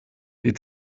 die